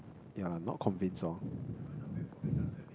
yeah not convince lor